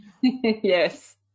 Yes